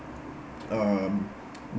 um